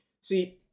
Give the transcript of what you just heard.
See